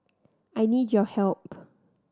I need your help